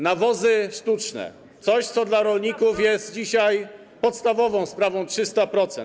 Nawozy sztuczne, coś, co dla rolników jest dzisiaj podstawową sprawą - 300%.